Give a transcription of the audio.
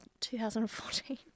2014